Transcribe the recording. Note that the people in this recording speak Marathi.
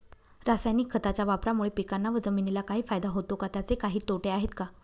रासायनिक खताच्या वापरामुळे पिकांना व जमिनीला काही फायदा होतो का? त्याचे काही तोटे आहेत का?